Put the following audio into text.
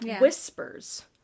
whispers